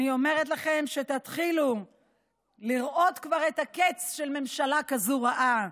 אני אומרת לכם שתתחילו לראות כבר את הקץ של ממשלה כזאת רעה,